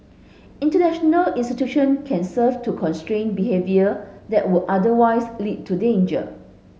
international institution can serve to constrain behaviour that would otherwise lead to danger